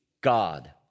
God